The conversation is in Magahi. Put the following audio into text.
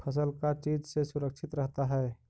फसल का चीज से सुरक्षित रहता है?